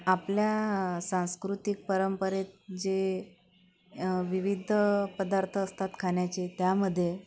आपल्या सांस्कृतिक परंपरेत जे विविध पदार्थ असतात खाण्याचे त्यामध्ये